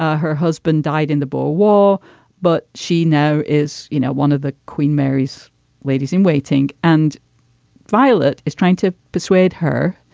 ah her husband died in the boer war but she now is you know one of the queen mary's ladies in waiting. and violet is trying to persuade her.